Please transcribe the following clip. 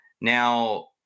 Now